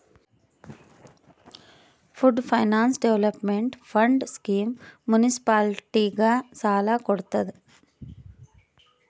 pooled finance development fund scheme ಮುನ್ಸಿಪಾಲಿಟಿಗ ಸಾಲ ಕೊಡ್ತುದ್